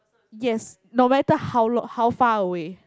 yes no matter how long how far away